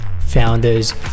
founders